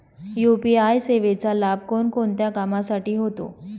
UPI सेवेचा लाभ कोणकोणत्या कामासाठी होतो?